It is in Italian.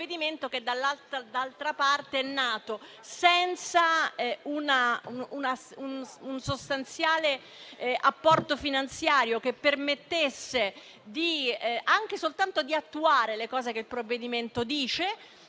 che, d'altra parte, è nato senza un sostanziale apporto finanziario che permettesse anche soltanto di attuare le misure che il provvedimento